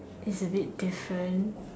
is a bit different